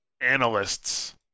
analysts